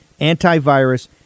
antivirus